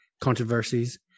controversies